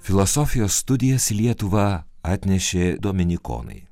filosofijos studijas į lietuvą atnešė dominikonai